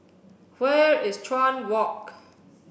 where is Chuan Walk